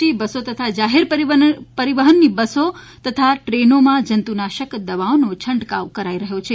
T બસો તથા જાહેર પરિવહનની બસોમાં તથા ટ્રેનોમાં જંતુનાશક દવાઓનો છંટકાવ કરાઇ રહ્યો છે